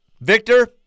Victor